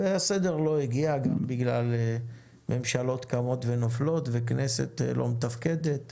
הסדר לא הגיע גם בגלל ממשלות קמות ונופלות וכנסת לא מתפקדת וכולי.